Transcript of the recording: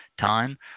time